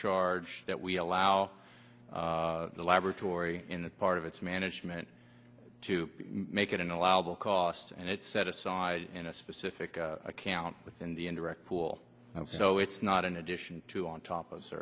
charge that we allow the laboratory in the part of it's management to make it an allowable cost and it's set aside in a specific account within the indirect pool so it's not in addition to on top of